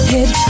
Hit